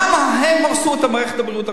למה הם הרסו את מערכת הבריאות הקודמת.